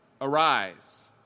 Arise